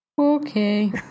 Okay